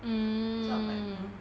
mm